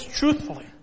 truthfully